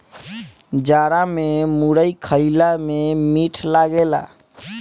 जाड़ा में मुरई खईला में मीठ लागेला